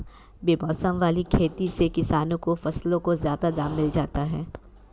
बेमौसम वाली खेती से किसानों को फसलों का ज्यादा दाम मिल जाता है